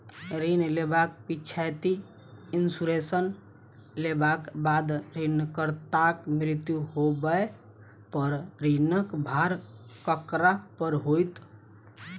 ऋण लेबाक पिछैती इन्सुरेंस लेबाक बाद ऋणकर्ताक मृत्यु होबय पर ऋणक भार ककरा पर होइत?